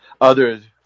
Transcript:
others